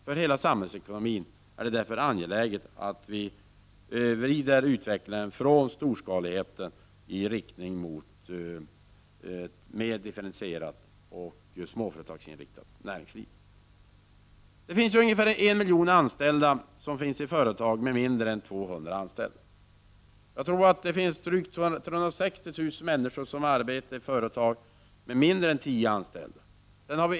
Det är därför angeläget för hela samhällsekonomin att vi vrider utvecklingen från storskalighet i riktning mot ett mer differentierat och småföretagsinriktat näringsliv. Det finns ungefär en miljon människor i företag med mindre än 200 anställda. Drygt 360000 människor arbetar i företag med mindre än 10 anställda.